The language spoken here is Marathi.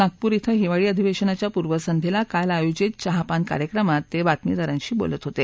नागपूर इथं हिवाळी अधिवेशनच्या पूर्वसंध्येला काल आयोजित चहापान कार्यक्रमात ते बातमीदांराशी बोलत होते